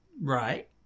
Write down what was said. Right